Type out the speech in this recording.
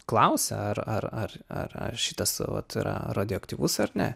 klausia ar ar ar ar ar šitas vat yra radioaktyvus ar ne